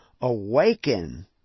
awaken